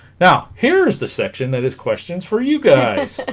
now here's the section that is questions for you guys